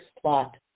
plot